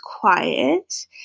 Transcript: quiet